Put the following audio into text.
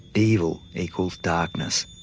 evil equals darkness.